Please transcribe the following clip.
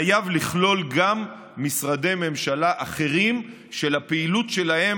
חייב לכלול גם משרדי ממשלה אחרים שלפעילות שלהם